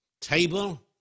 table